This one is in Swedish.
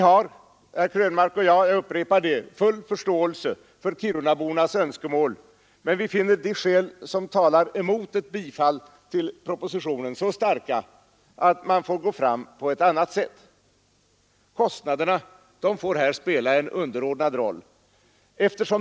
Herr Krönmark och jag har — jag upprepar det — full förståelse för kirunabornas önskemål, men vi finner de skäl som talar emot ett bifall till propositionen så starka, att man får gå fram på ett annat sätt. Kostnaderna får här spela en underordnad roll.